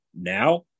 now